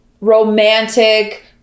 Romantic